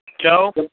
Joe